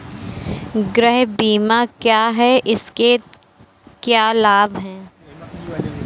गृह बीमा क्या है इसके क्या लाभ हैं?